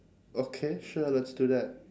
okay sure let's do that